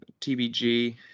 TBG